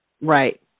Right